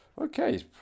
okay